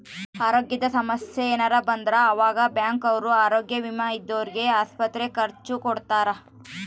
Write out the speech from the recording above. ಅರೋಗ್ಯದ ಸಮಸ್ಸೆ ಯೆನರ ಬಂದ್ರ ಆವಾಗ ಬ್ಯಾಂಕ್ ಅವ್ರು ಆರೋಗ್ಯ ವಿಮೆ ಇದ್ದೊರ್ಗೆ ಆಸ್ಪತ್ರೆ ಖರ್ಚ ಕೊಡ್ತಾರ